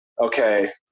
okay